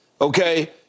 okay